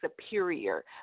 superior